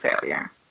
failure